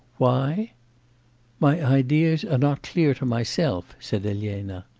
why my ideas are not clear to myself said elena.